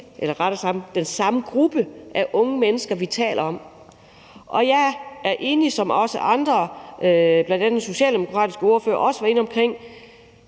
eller rettere sagt den samme gruppe af unge mennesker, vi taler om. Og jeg er enig med bl.a. Socialdemokratiets ordfører, som også var inde